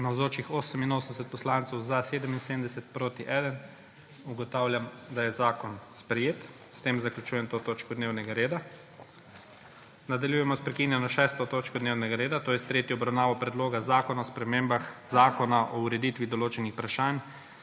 1. (Za je glasovalo 77.) (Proti 1.) Ugotavljam, da je zakon sprejet. S tem zaključujem to točko dnevnega reda. Nadaljujemo sprekinjeno 6. točko dnevnega reda, to je s tretjo obravnavo Predloga zakona o spremembah Zakona o ureditvi določenih vprašanj